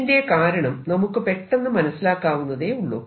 ഇതിന്റെ കാരണം നമുക്ക് പെട്ടെന്ന് മനസ്സിലാക്കാവുന്നതേയുള്ളൂ